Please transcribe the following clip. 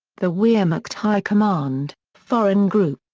the wehrmacht high command, foreign group.